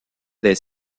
des